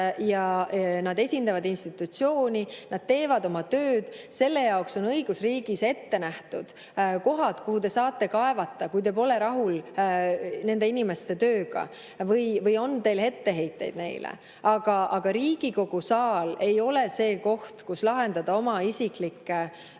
ja nad esindavad institutsiooni, nad teevad oma tööd. Selle jaoks on õigusriigis ette nähtud kohad, kuhu te saate kaevata, kui te pole rahul nende inimeste tööga, kui teil on neile etteheiteid. Aga Riigikogu saal ei ole see koht, kus lahendada oma isiklikku